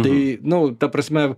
tai nu ta prasme